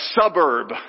suburb